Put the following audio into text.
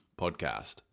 podcast